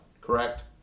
Correct